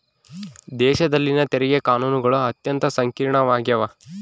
ದೇಶಗಳಲ್ಲಿನ ತೆರಿಗೆ ಕಾನೂನುಗಳು ಅತ್ಯಂತ ಸಂಕೀರ್ಣವಾಗ್ಯವ